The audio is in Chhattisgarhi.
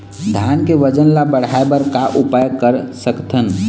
धान के वजन ला बढ़ाएं बर का उपाय कर सकथन?